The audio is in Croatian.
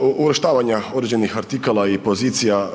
uvrštavanja određenih artikala i pozicija